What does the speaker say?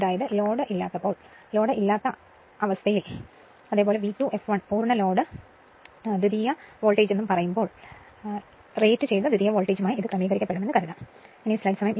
അതായത് ലോഡ് ഇല്ലാത്തപ്പോൾ ലോഡ് അവസ്ഥയില്ലെന്നും V 2 fl പൂർണ്ണ ലോഡ് സെക്കൻഡറി വോൾട്ടേജാണെന്നും പറയുമ്പോൾ റേറ്റുചെയ്ത ദ്വിതീയ വോൾട്ടേജുമായി ഇത് ക്രമീകരിക്കപ്പെടുമെന്ന് കരുതപ്പെടുന്നു